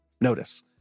notice